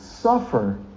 suffer